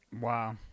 Wow